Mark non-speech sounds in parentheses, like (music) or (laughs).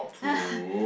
(laughs)